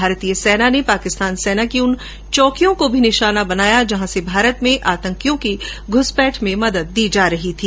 भारतीय सेना ने पाकिस्तानी सेना की उन चौकियों को भी निशाना बनाया जहां से भारत में आतंकियों की घुसपैठ में मदद दी जा रही थी